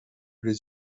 les